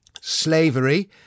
slavery